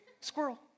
squirrel